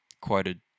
quoted